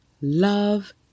Love